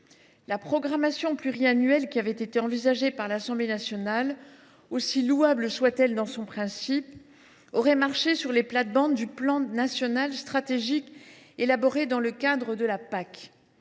La programmation pluriannuelle qui avait été envisagée par l’Assemblée nationale, aussi louable soit elle dans son principe, aurait marché sur les plates bandes du plan national stratégique élaboré dans le cadre de la